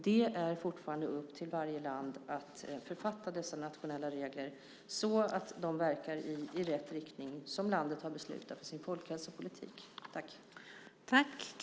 Det är fortfarande upp till varje land att författa dessa nationella regler så att de verkar i rätt riktning, så som landet har beslutat i sin folkhälsopolitik.